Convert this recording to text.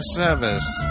service